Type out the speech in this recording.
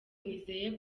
nizeye